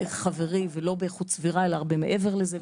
ולא באיכות סביר אלא מעבר לזה.